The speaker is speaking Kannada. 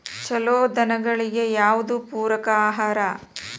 ಛಲೋ ದನಗಳಿಗೆ ಯಾವ್ದು ಪೂರಕ ಆಹಾರ?